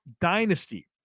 dynasty